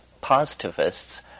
positivists